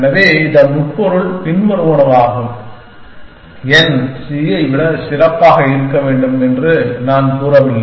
எனவே இதன் உட்பொருள் பின்வருவனவாகும் n c ஐ விட சிறப்பாக இருக்க வேண்டும் என்று நான் கூறவில்லை